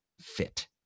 fit